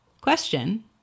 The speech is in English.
Question